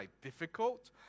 difficult